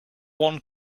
one